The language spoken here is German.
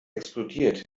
explodiert